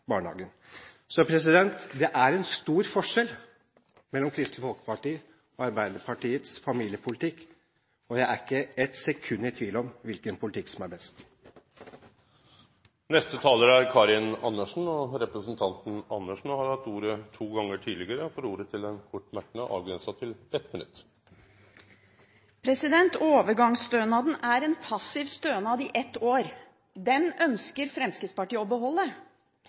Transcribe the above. barnehagen et kvalitetsløft. Så det er en stor forskjell mellom Kristelig Folkepartis og Arbeiderpartiets familiepolitikk, og jeg er ikke ett sekund i tvil om hvilken politikk som er best. Representanten Karin Andersen har hatt ordet to gonger tidlegare og får ordet til ein kort merknad, avgrensa til 1 minutt. Overgangsstønaden er en passiv stønad i ett år. Den ønsker Fremskrittspartiet å beholde.